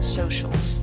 socials